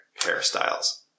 hairstyles